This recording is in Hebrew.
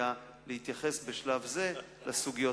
שסיימתי להתייחס לכל ההערות,